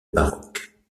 baroque